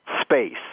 space